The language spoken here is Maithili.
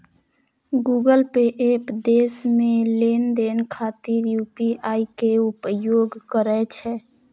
गूगल पे एप देश मे लेनदेन खातिर यू.पी.आई के उपयोग करै छै